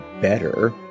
better